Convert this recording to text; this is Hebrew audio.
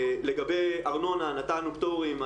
לגבי ארנונה, נתנו פטורים.